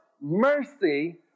mercy